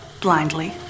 blindly